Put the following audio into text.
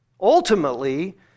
Ultimately